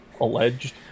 Alleged